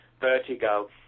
vertigo